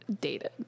dated